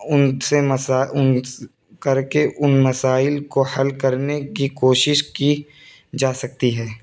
ان سے مسائل ان کر کے ان مسائل کو حل کرنے کی کوشش کی جا سکتی ہے